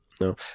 No